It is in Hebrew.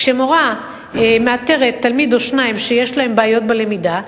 כשמורה מאתרת תלמיד או שניים שיש להם בעיות בלמידה,